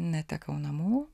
netekau namų